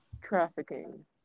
trafficking